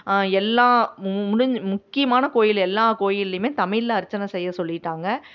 எல்லா முடிஞ்சு முக்கியமான கோயில் எல்லா கோயில்லேயுமே தமிழில் அர்ச்சனை செய்ய சொல்லிவிட்டாங்க